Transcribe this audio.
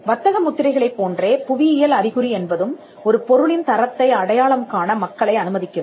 வர்த்தக முத்திரைகளைப் போன்றே புவியியல் அறிகுறி என்பதும் ஒரு பொருளின் தரத்தை அடையாளம் காண மக்களை அனுமதிக்கிறது